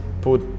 put